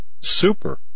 Super